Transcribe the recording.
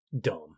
dumb